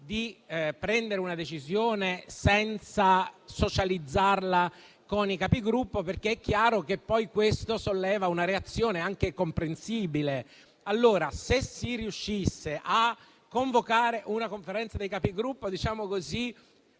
di prendere una decisione senza socializzarla con i Capigruppo, perché è chiaro che poi questo solleva una reazione comprensibile. Se si riuscisse a convocare una Conferenza dei Capigruppo